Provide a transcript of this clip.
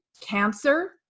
cancer